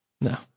No